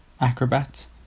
acrobats